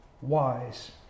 Wise